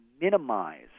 minimize